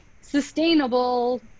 sustainable